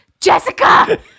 Jessica